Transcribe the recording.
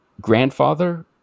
grandfather